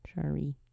sorry